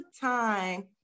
time